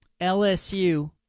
LSU